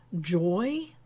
joy